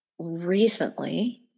Recently